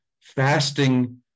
fasting